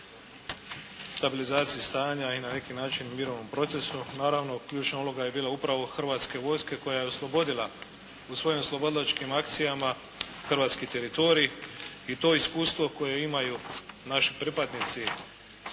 stabilizaciji stanja i na neki način mirovinom procesu. Naravno ključna uloga je bila upravo Hrvatske vojske koja je oslobodila u svojim oslobodilačkim akcijama hrvatski teritorij. I to iskustvo koje imaju naši pripadnici